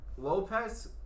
Lopez